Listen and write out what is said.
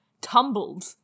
tumbled